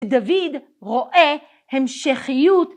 דוד רואה המשכיות